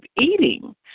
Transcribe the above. eating